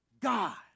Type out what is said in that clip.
God